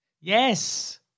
Yes